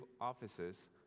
offices